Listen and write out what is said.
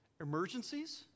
Emergencies